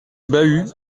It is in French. bahut